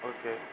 Okay